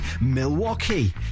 Milwaukee